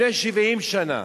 שלפני 70 שנה